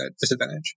disadvantage